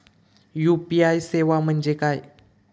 UPI सेवा म्हणजे काय?